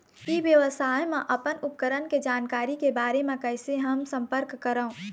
ई व्यवसाय मा अपन उपकरण के जानकारी के बारे मा कैसे हम संपर्क करवो?